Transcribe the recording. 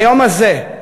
ביום הזה,